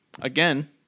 again